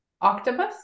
Octopus